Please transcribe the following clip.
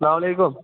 السَلامُ علیکُم